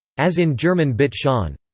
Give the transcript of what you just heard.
as in german bitte schon.